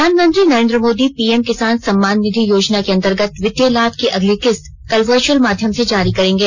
प्रधानमंत्री नरेंद्र मोदी पीएम किसान सम्मान निधि के अंतर्गत वित्तीय लाभ की अगली किस्त कल वर्चुअल माध्यम से जारी करेंगे